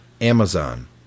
Amazon